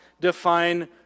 define